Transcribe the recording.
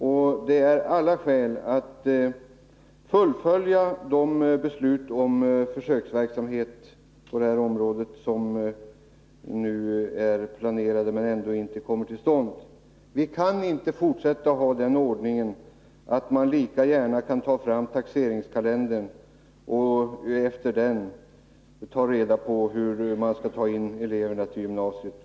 Och det finns alla skäl att fullfölja den försöksverksamhet på det här området som är planerad men som ändå inte kommer till stånd. Vi kan inte fortsätta med ordningen att man lika gärna kan ta fram taxeringskalendern och efter den bestämma vilka elever som skall komma in på gymnasiet.